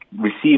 receive